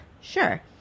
Sure